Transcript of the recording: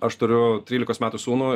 aš turiu trylikos metų sūnų